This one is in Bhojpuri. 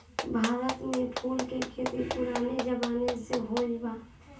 भारत में फूल के खेती पुराने जमाना से होरहल बा